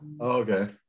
okay